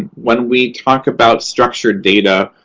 when we talk about structured data,